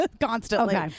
constantly